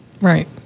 Right